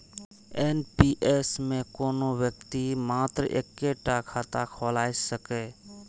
NPS मे कोनो व्यक्ति मात्र एक्के टा खाता खोलाए सकैए